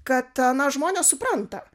kad na žmonės supranta